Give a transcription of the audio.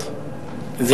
הכנסת (תיקון מס' 30), התשע"א 2011, נתקבל.